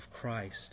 Christ